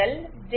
0 0